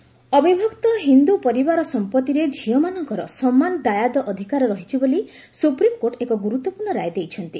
ପୈତୃକ ସମ୍ପଭି ଝିଅ ଅବିଭକ୍ତ ହିନ୍ଦୁ ପରିବାର ସମ୍ପଭିରେ ଝିଅମାନଙ୍କର ସମାନ ଦାୟାଦ ଅଧିକାର ରହିଛି ବୋଲି ସୁପ୍ରିମକୋର୍ଟ ଏକ ଗୁରୁତ୍ୱପୂର୍ଣ୍ଣ ରାୟ ଦେଇଛନ୍ତି